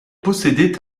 possédait